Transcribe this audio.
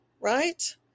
right